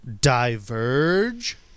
diverge